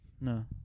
No